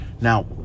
Now